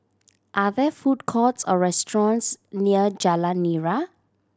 are there food courts or restaurants near Jalan Nira